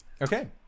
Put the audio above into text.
Okay